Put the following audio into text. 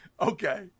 Okay